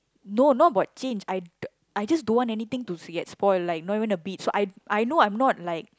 no not about change I d~ I just don't want anything to get spoil like not even the bead so I I know I'm not like